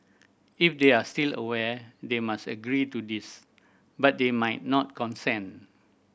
if they are still aware they must agree to this but they might not consent